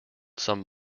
some